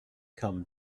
come